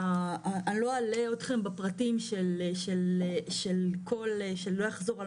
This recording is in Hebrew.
אני לא אלאה אתכם בכל הפרטים ולא אחזור על